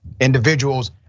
individuals